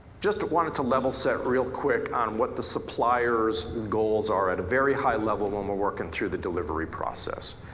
just wanted to level set real quick on what the supplier's goals are at a very high level when we're working through the delivery process.